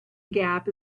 gap